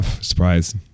Surprise